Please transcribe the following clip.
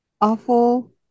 awful